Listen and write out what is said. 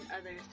others